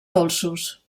dolços